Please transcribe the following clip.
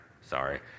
sorry